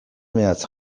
mehatz